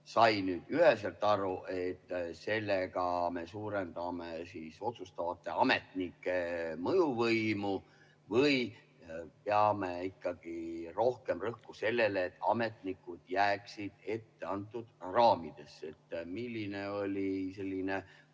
sai nüüd üheselt aru, et sellega me suurendame otsustavate ametnike mõjuvõimu, või me peame ikkagi panema rohkem rõhku sellele, et ametnikud jääksid etteantud raamidesse. Milline oli